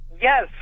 Yes